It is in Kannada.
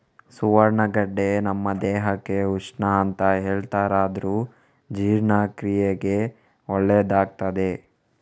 ಸುವರ್ಣಗಡ್ಡೆ ನಮ್ಮ ದೇಹಕ್ಕೆ ಉಷ್ಣ ಅಂತ ಹೇಳ್ತಾರಾದ್ರೂ ಜೀರ್ಣಕ್ರಿಯೆಗೆ ಒಳ್ಳೇದಾಗ್ತದೆ